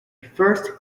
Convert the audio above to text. first